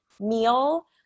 meal